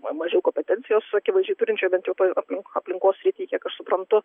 mažiau kompetencijos akivaizdžiai turinčiu bent jau toj apli aplinkos sritį kiek aš suprantu